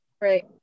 Right